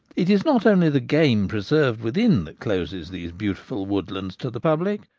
it is not only the game preserved within that closes these beautiful woodlands to the public,